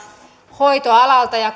hoitoalalta ja